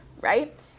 right